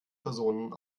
personen